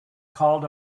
called